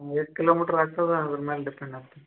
ಎಷ್ಟು kilometre ಆಗ್ತದೆ ಅದ್ರ ಮೇಲೆ ಡಿಪೆಂಡ್ ಆಗ್ತದೆ